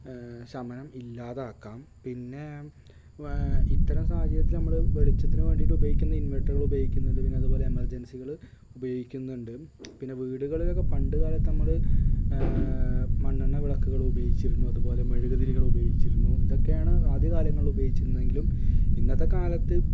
ശമനം ഇല്ലാതാക്കാം പിന്നെ ഇത്തരം സാഹചര്യത്തിൽ നമ്മൾ വെളിച്ചത്തിന് വേണ്ടിയിട്ടുപയോഗിക്കുന്ന ഇൻവെർട്ടറുകളുപയോഗിക്കുന്നുണ്ട് പിന്നതുപോലെ എമർജെൻസികൾ ഉപയോഗിക്കുന്നുണ്ട് പിന്നെ വീറ്റുകളിലൊക്കെ പണ്ടു കാലത്ത് നമ്മൾ മണ്ണെണ്ണ വിളക്കുകളുയോഗിച്ചിരുന്നു അതുപോലെ മെഴുക് തിരികളുപയോഗിച്ചിരുന്നു ഇതൊക്കെയാണ് ആദ്യകാലങ്ങളിലുപയോഗിച്ചിരുന്നതെങ്കിലും ഇന്നത്തെക്കാലത്ത്